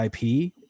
ip